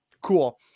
cool